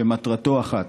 שמטרתו אחת: